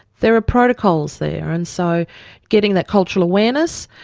there are protocols there, and so getting that cultural awareness,